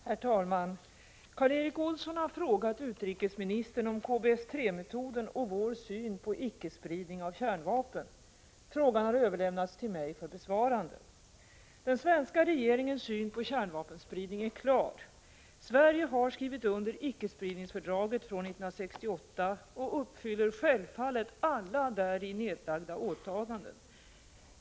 Herr talman! Karl Erik Olsson har frågat utrikesministern om KBS 3-metoden och vår syn på icke-spridning av kärnvapen. Frågan har överlämnats till mig för besvarande. Svenska regeringens syn på kärnvapenspridning är klar. Sverige har skrivit under icke-spridningsfördraget från 1968 och uppfyller självfallet alla däri nedlagda åtaganden.